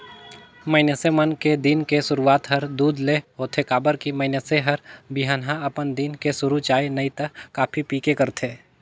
मइनसे मन के दिन के सुरूआत हर दूद ले होथे काबर की मइनसे हर बिहनहा अपन दिन के सुरू चाय नइ त कॉफी पीके करथे